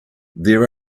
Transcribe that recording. there